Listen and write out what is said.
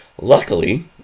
luckily